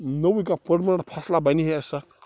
نوٚوُے کانٛہہ پٔرمٕننٛٹ فصلا بنہِ ہسا